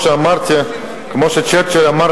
כמו שצ'רצ'יל אמר,